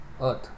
earth